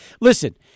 Listen